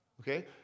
Okay